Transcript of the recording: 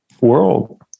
world